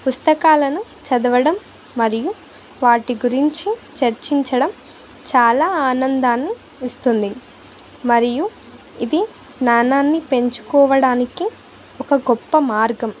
పుస్తకాలను చదవడం మరియు వాటి గురించి చర్చించడం చాలా ఆనందాన్ని ఇస్తుంది మరియు ఇది జ్ఞానాన్ని పెంచుకోవడానికి ఒక గొప్ప మార్గం